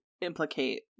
implicate